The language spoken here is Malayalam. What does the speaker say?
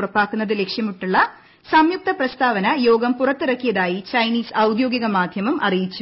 ഉറപ്പാക്കുന്നത് ലക്ഷ്യമിട്ടുള്ള സഹകരണം സംയുക്ത പ്രസ്താവന യോഗം പുറത്തിറക്കിയതായി ചൈനീസ് ഔദ്യോഗിക മാധ്യമം അറിയിച്ചു